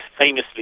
famously